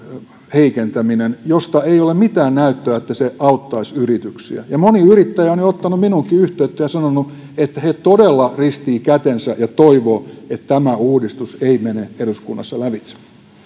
heikentäminen josta ei ole mitään näyttöä että se auttaisi yrityksiä moni yrittäjä on jo ottanut minuunkin yhteyttä ja sanonut että he todella ristivät kätensä ja toivovat että tämä uudistus ei mene eduskunnassa lävitse